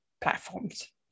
platforms